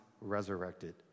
resurrected